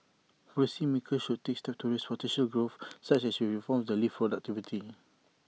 policy makers should take steps to raise potential growth such as reforms that lift productivity